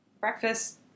breakfast